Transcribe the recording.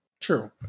true